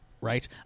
right